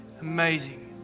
Amazing